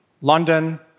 London